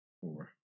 four